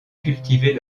cultiver